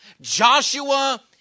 Joshua